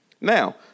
Now